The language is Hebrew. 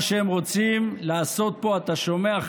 מה שהם רוצים לעשות פה אתה שומע,